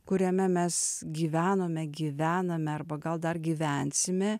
kuriame mes gyvenome gyvename arba gal dar gyvensime